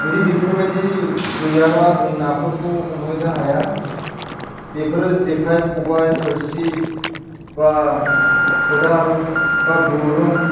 जुदि बेफोरबायदि गैयाबा जों नाफोरखौ हमहैनो हाया बेफोरो जेखाइ खबाय थोरसि बा खदाल बा गुरुं